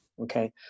Okay